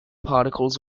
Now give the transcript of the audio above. particles